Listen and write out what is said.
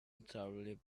entirely